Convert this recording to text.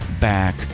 back